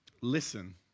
listen